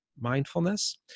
mindfulness